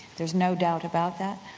there's no doubt about that.